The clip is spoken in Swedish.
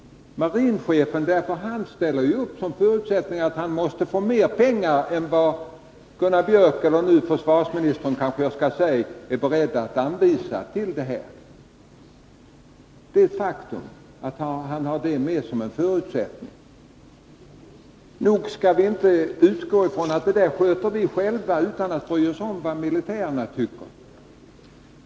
Marinchefen är tveksam, och därför har han ställt upp som förutsättning att man måste få mer pengar än vad försvarsministern är beredd att anvisa. Det är ett faktum att marinchefen har detta med som en förutsättning. Vi skall inte utgå ifrån att vi bör sköta detta själva, utan att bry oss om vad militärerna tycker.